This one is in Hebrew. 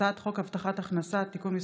הצעת חוק הבטחת הכנסה (תיקון מס'